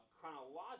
chronological